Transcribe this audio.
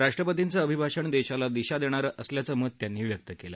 राष्ट्रपतींचं अभिभाषण देशाला दिशा देणारं असल्याचं मत त्यांनी यावेळी व्यक्त केलं